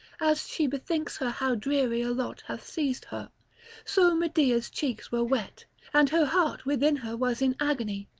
as she bethinks her how dreary a lot hath seized her so medea's cheeks were wet and her heart within her was in agony,